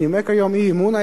שנימק היום את האי-אמון,